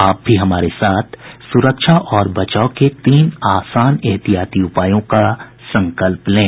आप भी हमारे साथ सुरक्षा और बचाव के तीन आसान एहतियाती उपायों का संकल्प लें